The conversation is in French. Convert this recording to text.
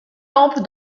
lampes